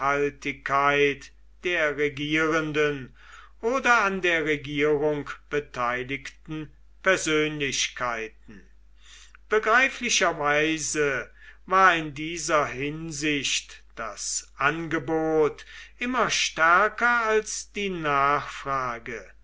der regierenden oder an der regierung beteiligten persönlichkeiten begreiflicherweise war in dieser hinsicht das angebot immer stärker als die nachfrage